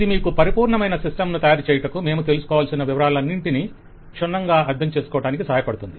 ఇది మీకు పరిపూర్ణమైన సిస్టంను తయారు చేయుటకు మేము తెలుసుకోవాల్సిన వివరాలన్నింటినీ క్షుణ్ణంగా అర్ధంచేసుకోవడానికి సహాయపడుతుంది